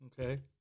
Okay